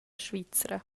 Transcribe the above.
svizra